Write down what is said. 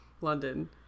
London